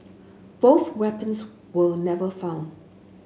both weapons were never found